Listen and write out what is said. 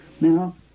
Now